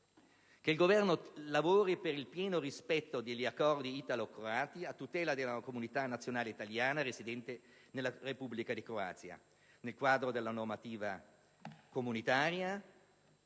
a lavorare per il pieno rispetto degli accordi italo-croati a tutela della comunità nazionale italiana residente nella Repubblica di Croazia, nel quadro della normativa comunitaria